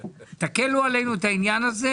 תקלו עלינו את העניין הזה,